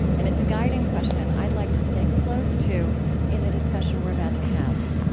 and it's a guiding question i'd like to stay close to in the discussion we're about to have.